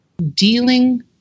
Dealing